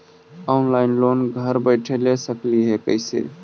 Online loan घर बैठे ले सकली हे, कैसे?